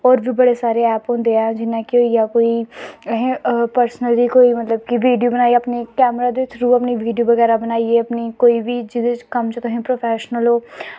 होर बी बड़े सारे ऐप होंदे ऐ जियां कि होई गेआ कोई असें पर्सनली कोई मतलब कि वीडियो बनाई कोई कैमरा दे थ्रू अपनी वीडियो बगैरा बनाइयै अपनी कोई बी जेह्दे च कम्म च तुसें प्रोफैशनल ओ